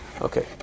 okay